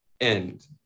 end